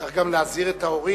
צריך גם להזהיר את ההורים,